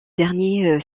derniers